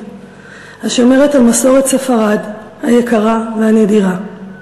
השומרת על מסורת ספרד היקרה והנדירה.